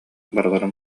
барыларын